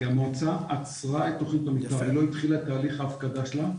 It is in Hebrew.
כי המועצה עצרה את תוכנית המתאר ולא התחיל תהליך ההפקדה שלה.